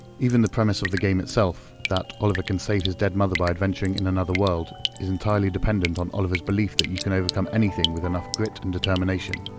even the premise of the game itself that oliver can save his dead mother by adventuring in another world, is entirely dependent on oliver's belief that you can overcome anything with enough grit and determination,